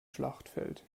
schlachtfeld